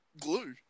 glue